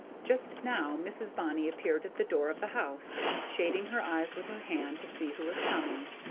just now mrs. bonny appeared at the door of the house, shading her eyes with her hand, to see who was coming.